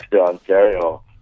Ontario